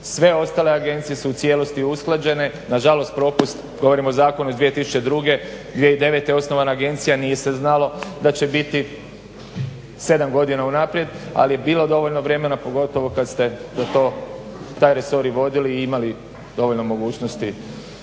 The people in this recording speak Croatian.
Sve ostale agencije su u cijelosti usklađene, nažalost propust, govorim o zakonu iz 2002., 2009. je osnovana agencija, nije se znalo da će biti 7 godina unaprijed, ali je bilo dovoljno vremena, pogotovo kad ste …, taj resor i vodili i imali dovoljno mogućnosti